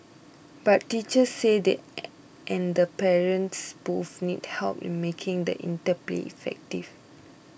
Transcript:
but teachers say they and the parents both need help in making the interplay effective